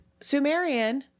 Sumerian